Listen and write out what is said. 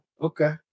Okay